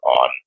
on